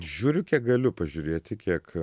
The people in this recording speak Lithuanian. žiūriu kiek galiu pažiūrėti kiek